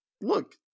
Look